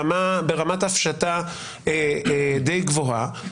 ברמת הפשטה די גבוהה.